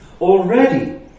Already